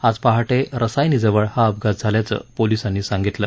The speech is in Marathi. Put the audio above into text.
आज पहाटे रसायनीजवळ हा अपघात झाल्याचं पोलिसांनी सांगितलं